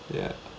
ya